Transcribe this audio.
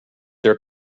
their